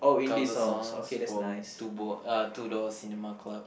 cover songs from two bo~ uh Two Door Cinema Club